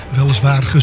Weliswaar